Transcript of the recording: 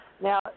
Now